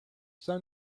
son